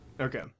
Okay